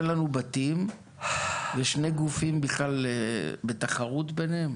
אין לנו בתים, ושני גופים בכלל בתחרות ביניהם